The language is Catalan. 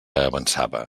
avançava